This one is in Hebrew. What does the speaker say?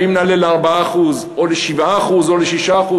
ואם נעלה ל-4% או ל-7% או ל-6%,